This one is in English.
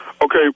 Okay